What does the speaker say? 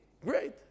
Great